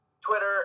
Twitter